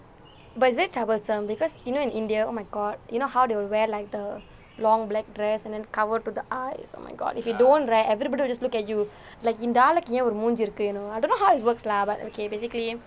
but it's very troublesome because you know in india oh my god you know how they will wear like the long black dress and then cover to the eyes oh my god if you don't right everybody will just look at you like இந்த ஆளுக்கு ஏன் ஒரு மூஞ்சி இருக்கு:intha aalukku aen oru munji irukku I don't know how it works lah but okay basically